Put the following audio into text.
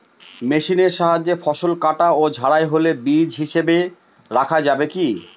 মেশিনের সাহায্যে ফসল কাটা ও ঝাড়াই হলে বীজ হিসাবে রাখা যাবে কি?